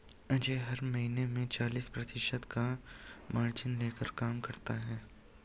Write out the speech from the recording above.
अजय हर महीने में चालीस प्रतिशत का मार्जिन लेकर काम करता है